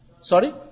Sorry